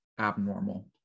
abnormal